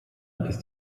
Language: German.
ist